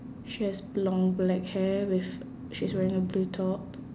she has long black hair with she's wearing a blue top